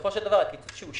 בסופו של דבר הקיצוץ שהושת,